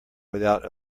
without